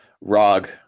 Rog